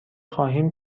خواهیم